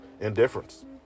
indifference